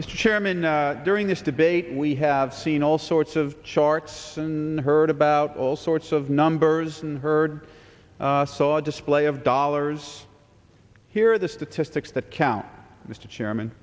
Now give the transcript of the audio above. mr chairman during this debate we have seen all sorts of charts and heard about all sorts of numbers and heard saw a display of dollars here the statistics that count mr chairman